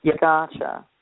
Gotcha